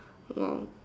!wow!